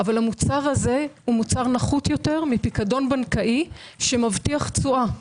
אבל המוצר הזה הוא מוצר נחות יותר מפיקדון בנקאי שמבטיח תשואה.